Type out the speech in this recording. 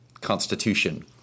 constitution